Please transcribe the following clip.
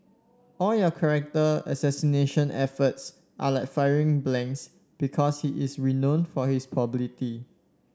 all your character assassination efforts are like firing blanks because he is renown for his probability